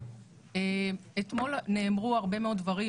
אתמול נאמרו הרבה דברים,